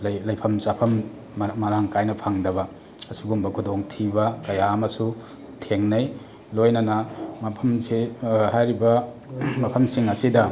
ꯂꯩꯐꯝ ꯆꯥꯐꯝ ꯃꯔꯥꯡ ꯀꯥꯏꯅ ꯐꯪꯗꯕ ꯑꯁꯤꯒꯨꯝꯕ ꯈꯨꯗꯣꯡ ꯊꯤꯕ ꯀꯌꯥ ꯑꯃꯁꯨ ꯊꯦꯡꯅꯩ ꯂꯣꯏꯅꯅ ꯃꯐꯝꯁꯦ ꯍꯥꯏꯔꯤꯕ ꯃꯐꯝꯁꯤꯡ ꯑꯁꯤꯗ